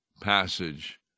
passage